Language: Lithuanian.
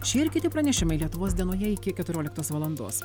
šie ir kiti pranešimai lietuvos dienoje iki keturioliktos valandos